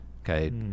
Okay